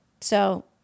So-